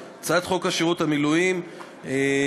4. הצעת חוק שירות המילואים (תיקון,